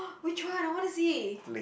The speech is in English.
which one I want to see